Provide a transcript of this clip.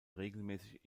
regelmäßig